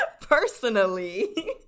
personally